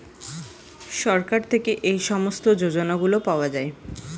সরকার থেকে এই সমস্ত যোজনাগুলো পাওয়া যায়